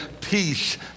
peace